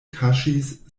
kaŝis